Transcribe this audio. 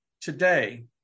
today